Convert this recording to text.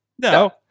No